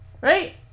Right